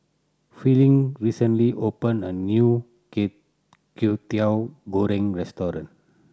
Fielding recently opened a new Kwetiau Goreng restaurant